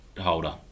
holder